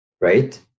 right